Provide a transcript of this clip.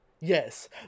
Yes